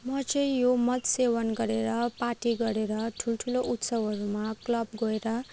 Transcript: म चाहिँ यो मद सेवन गरेर पार्टी गरेर ठुलो ठुलो उत्सवहरूमा क्लब गएर